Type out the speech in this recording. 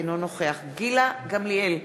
אינו נוכח גילה גמליאל,